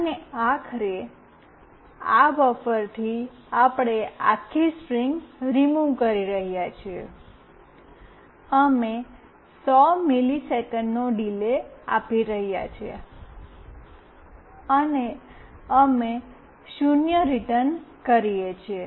અને આખરે આ બફરથી આપણે આખી સ્ટ્રીંગ રીમુવ કરી રહ્યા છીએ અમે 100 મિલિસેકંડ નો ડીલે આપી રહ્યા છીએ અને અમે 0 રીટર્ન કરીએ છીએ